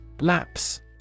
lapse